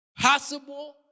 possible